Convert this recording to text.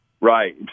Right